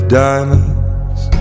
diamonds